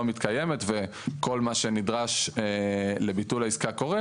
מתקיימת וכל מה שנדרש לביטול העסקה קורה,